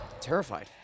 Terrified